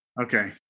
Okay